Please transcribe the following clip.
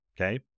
okay